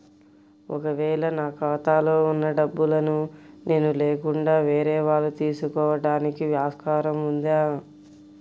ఒక వేళ నా ఖాతాలో వున్న డబ్బులను నేను లేకుండా వేరే వాళ్ళు తీసుకోవడానికి ఆస్కారం ఉందా?